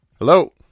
Hello